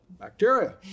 Bacteria